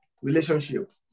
Relationship